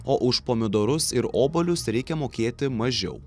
o už pomidorus ir obuolius reikia mokėti mažiau